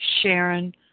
Sharon